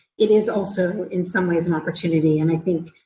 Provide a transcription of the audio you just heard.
it is also in some ways an opportunity. and i think